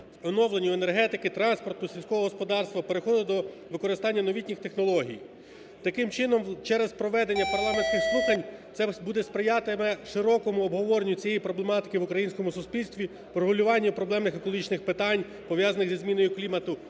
оновленню енергетики, транспорту, сільського господарства, переходу до використання новітніх технологій. Таким чином, через проведення парламентських слухань це сприятиме широкому обговоренню цієї проблематики в українському суспільстві, врегулювання проблемних екологічних питань, пов'язаних зі зміною клімату,